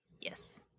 Yes